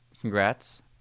Congrats